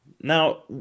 Now